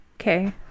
okay